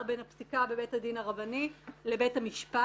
ביו הפסיקה בבית הדין הרבני ובין הפסיקה בבית המשפט.